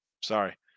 Sorry